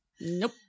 Nope